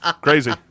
Crazy